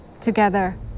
together